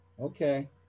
Okay